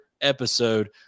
episode